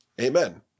Amen